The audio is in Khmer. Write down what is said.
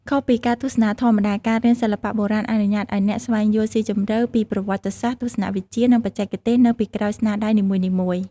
ខុសពីការទស្សនាធម្មតា ការរៀនសិល្បៈបុរាណអនុញ្ញាតឱ្យអ្នកស្វែងយល់ស៊ីជម្រៅពីប្រវត្តិសាស្ត្រ ទស្សនវិជ្ជា និងបច្ចេកទេសនៅពីក្រោយស្នាដៃនីមួយៗ។